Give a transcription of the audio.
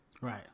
right